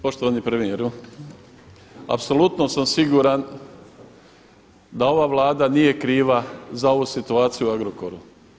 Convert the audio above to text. Poštovani premijeru, apsolutno sam siguran da ova Vlada nije kriva za ovu situaciju u Agrokoru.